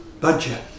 budget